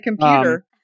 computer